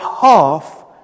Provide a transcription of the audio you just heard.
half